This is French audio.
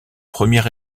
premier